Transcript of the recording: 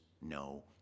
no